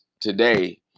today